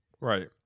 Right